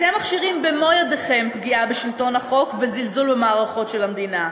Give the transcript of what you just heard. אתם מכשירים במו-ידיכם פגיעה בשלטון החוק וזלזול במערכות של המדינה.